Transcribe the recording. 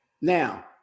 Now